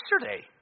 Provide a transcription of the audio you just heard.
yesterday